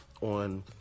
on